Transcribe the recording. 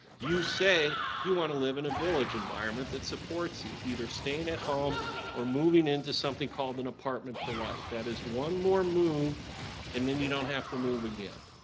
you say you want to live in a village environment that supports you, either staying at home or moving into something called an apartment for life. that is one more move and then you don't have to move again.